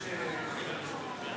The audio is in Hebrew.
46. הצעת החוק